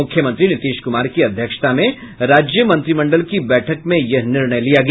मुख्यमंत्री नीतीश कुमार की अध्यक्षता में राज्य मंत्रिमंडल की बैठक में यह निर्णय लिया गया